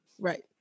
Right